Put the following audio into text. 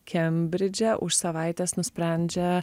kembridže už savaitės nusprendžia